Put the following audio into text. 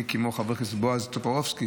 מי כמו חבר הכנסת בועז טופורובסקי,